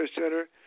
center